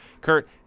Kurt